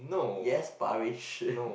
yes Parish